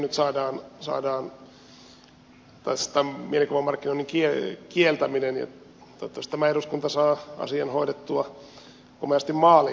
toivon mukaan tämä mielikuvamarkkinoinnin kieltäminenkin nyt saadaan ja tämä eduskunta saa asian hoidettua komeasti maaliin